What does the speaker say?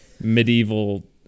medieval